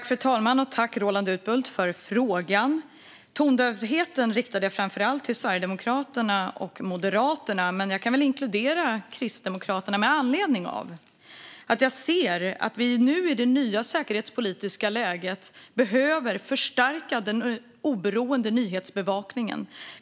Fru talman! Tack, Roland Utbult, för frågan! Uttalandet om tondövhet riktade jag framför allt till Sverigedemokraterna och Moderaterna, men jag kan inkludera Kristdemokraterna med anledning av att jag i det nya säkerhetspolitiska läget ser att vi behöver förstärka den oberoende nyhetsbevakningen.